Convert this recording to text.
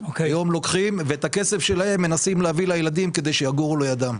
היום לוקחים ואת הכסף שלהם מנסים להביא לילדים כדי שיגורו לידם.